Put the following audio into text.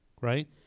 right